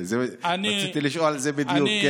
רציתי לשאול על זה בדיוק.